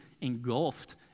engulfed